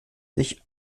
sich